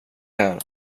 här